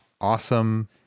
awesome